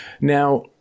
Now